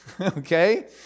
okay